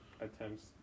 attempts